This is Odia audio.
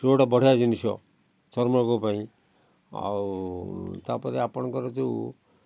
ସିଏ ଗୋଟେ ବଢ଼ିଆ ଜିନିଷ ଚର୍ମ ରୋଗ ପାଇଁ ଆଉ ତା'ପରେ ଆପଣଙ୍କର ଯେଉଁ